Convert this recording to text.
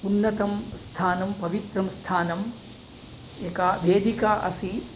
उन्नतं स्थानं पवित्रं स्थानम् एका वेदिका अस्ति